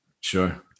Sure